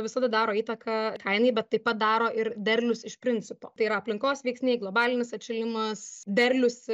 visada daro įtaką kainai bet taip pat daro ir derlius iš principo tai yra aplinkos veiksniai globalinis atšilimas derlius